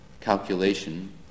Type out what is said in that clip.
calculation